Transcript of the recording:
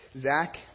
Zach